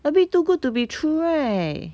a bit too good to be true right